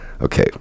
okay